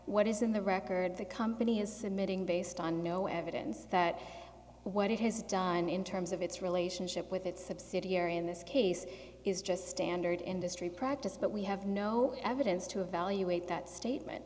what is in the record the company is submitting based on no evidence that what it has done in terms of its relationship with its subsidiary in this case is just standard industry practice but we have no evidence to evaluate that